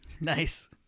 Nice